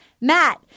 Matt